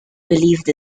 believed